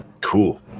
cool